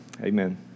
Amen